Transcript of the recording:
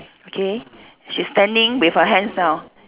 okay she's standing with her hands down